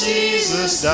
Jesus